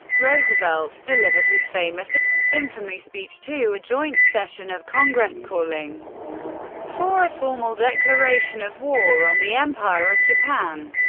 roosevelt delivered his famous infamy speech to a joint session of congress, calling for a formal declaration of war on the empire of japan.